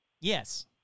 yes